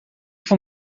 van